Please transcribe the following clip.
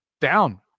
down